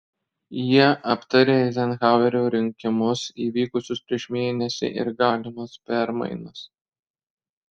jie aptarė eizenhauerio rinkimus įvykusius prieš mėnesį ir galimas permainas